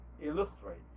illustrate